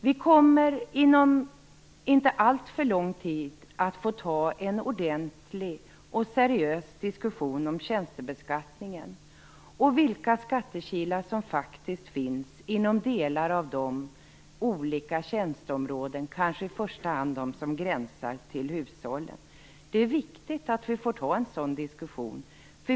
Vi kommer inom en inte alltför lång tid att få ta en seriös diskussion om tjänstebeskattningen, och vilka skattekilar som faktiskt finns inom delar av de olika tjänsteområdena - kanske i första hand de som gränsar till hushållen. Det är viktigt att vi får ta en sådan diskussion.